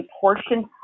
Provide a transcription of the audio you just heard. portion